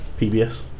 PBS